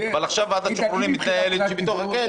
אבל עכשיו ועדת השחרורים מתנהלת בתוך הכלא.